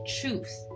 truth